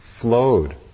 flowed